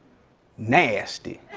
nasty.